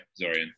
Zorian